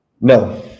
No